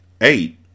Eight